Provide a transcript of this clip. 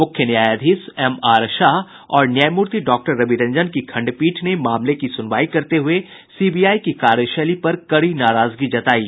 मुख्य न्यायाधीश एमआर शाह और न्यायमूर्ति डॉक्टर रविरंजन की खंडपीठ ने मामले की सुनवाई करते हुये सीबीआई की कार्यशैली पर कड़ी नराजगी जतायी